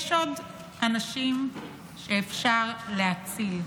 יש עוד אנשים שאפשר להציל.